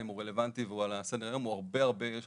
אם הוא רלוונטי והוא על סדר היום הוא הרבה יותר חשוב,